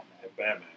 Batman